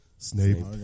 Snape